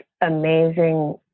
amazing